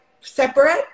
separate